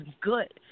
good